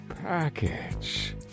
package